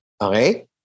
Okay